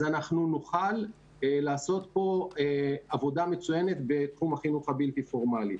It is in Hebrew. אז נוכל לעשות פה עבודה מצוינת בתחום החינוך הבלתי פורמלי.